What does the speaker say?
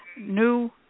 new